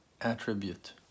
attribute